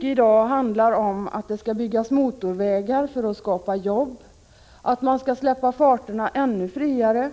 I dag handlar det mycket om att det skall byggas motorvägar för att skapa jobb, att man skall släppa farterna ännu friare,